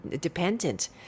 dependent